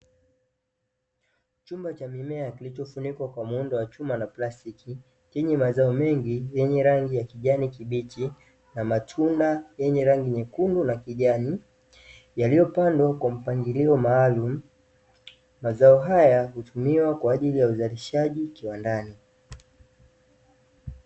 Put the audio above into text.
Chumba cha mimea kilichofunikwa kwa muundo wa chuma na plastiki chenye mazao mengi yenye rangi ya kijani kibichi na matunda yenye rangi nyekundu na kijani yaliyopandwa kwa mpangilio maalumu. Mazao haya hutumiwa kwa ajili ya uzalishaji kiwandani.